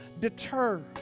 deter